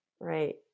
Right